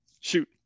Shoot